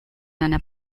einer